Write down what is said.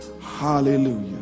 hallelujah